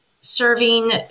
serving